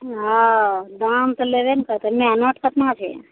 हाँ दाम तऽ लेबे ने करतय मेहनत कितना छै